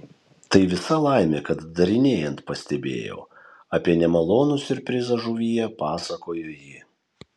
tai visa laimė kad darinėjant pastebėjau apie nemalonų siurprizą žuvyje pasakojo ji